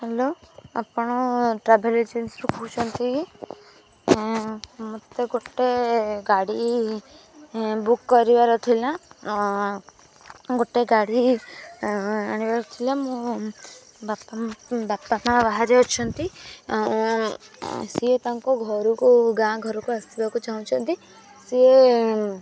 hello ଆପଣ travel ଏଜେନ୍ସିରୁ କହୁଛନ୍ତି ମୋତେ ଗୋଟେ ଗାଡ଼ି ବୁକ୍ କରିବାର ଥିଲା ଗୋଟେ ଗାଡ଼ି ଆଣିବାର ଥିଲା ମୁଁ ବାପା ବାପା ତ ବାହାରେ ଅଛନ୍ତି ସିଏ ତାଙ୍କ ଘରକୁ ଗାଆଁ ଘରକୁ ଆସିବାକୁ ଚାହୁଁଛନ୍ତି ସିଏ